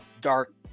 dark